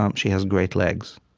um she has great legs.